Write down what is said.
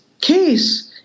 case –